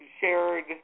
shared